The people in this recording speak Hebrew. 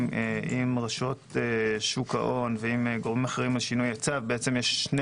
עם רשויות שוק ההון ועם גורמים אחרים על שינוי הצו יש שני